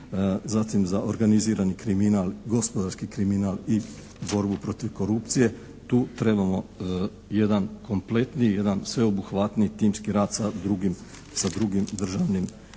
zatim za organizirani kriminal, gospodarski kriminal i borbu protiv korupcije, tu trebamo jedan kompletni, jedan sveobuhvatni timski rad sa drugim državnim